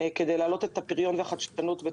כדי להעלות את הפריון והחדשנות של